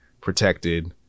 protected